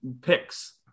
picks